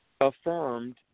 affirmed